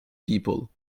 people